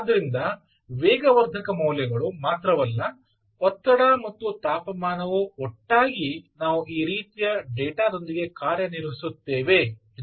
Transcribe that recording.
ಆದ್ದರಿಂದ ವೇಗವರ್ಧಕ ಮೌಲ್ಯಗಳು ಮಾತ್ರವಲ್ಲ ಒತ್ತಡ ಮತ್ತು ತಾಪಮಾನವು ಒಟ್ಟಾಗಿ ನಾವು ಈ ರೀತಿಯ ಡೇಟಾ ದೊಂದಿಗೆ ಕಾರ್ಯನಿರ್ವಹಿಸುತ್ತೇವೆ ಎಂದು ನೀವು ನೋಡಬಹುದು